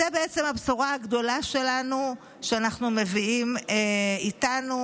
זו בעצם הבשורה הגדולה שלנו שאנחנו מביאים איתנו